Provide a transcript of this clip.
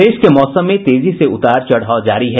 प्रदेश के मौसम में तेजी से उतार चढ़ाव जारी है